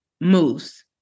moves